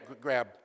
grab